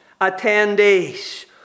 attendees